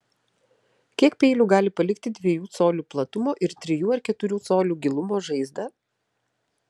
kiek peilių gali palikti dviejų colių platumo ir trijų ar keturių colių gilumo žaizdą